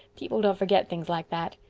people don't forget things like that.